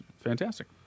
fantastic